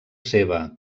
seva